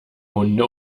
hunde